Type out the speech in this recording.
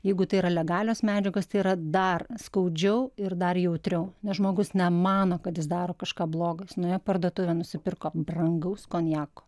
jeigu tai yra legalios medžiagos tai yra dar skaudžiau ir dar jautriau nes žmogus nemano kad jis daro kažką bloga jis nuėjo į parduotuvę nusipirko brangaus konjako